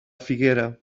figuera